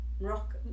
rock